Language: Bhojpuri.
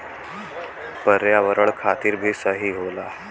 पर्यावरण खातिर भी सही होला